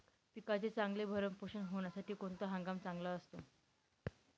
पिकाचे चांगले भरण पोषण होण्यासाठी कोणता हंगाम चांगला असतो?